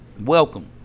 welcome